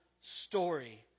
story